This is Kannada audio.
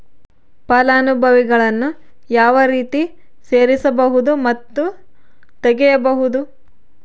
ಫಲಾನುಭವಿಗಳನ್ನು ಯಾವ ರೇತಿ ಸೇರಿಸಬಹುದು ಮತ್ತು ತೆಗೆಯಬಹುದು?